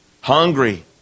hungry